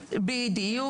בדיוק.